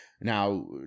Now